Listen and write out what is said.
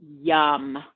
Yum